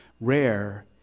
rare